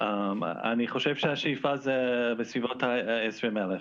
אני חושב שהשאיפה זה בסביבות ה-20 אלף.